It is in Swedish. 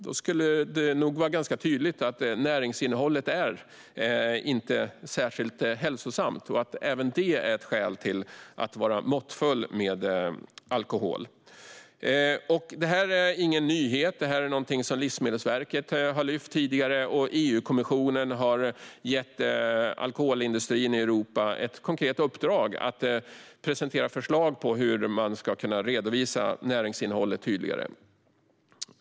Då skulle det nog bli tydligt att de inte är särskilt hälsosamma ur näringssynpunkt. Även detta är ett skäl ett vara måttfull med alkohol. Det här är ingen nyhet. Det är något som Livsmedelsverket tidigare har framfört. EU-kommissionen har gett alkoholindustrin i Europa ett konkret uppdrag att presentera förslag på hur man ska kunna redovisa näringsinnehållet tydligare.